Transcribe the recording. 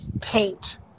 paint